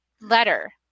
letter